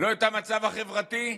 לא את המצב החברתי,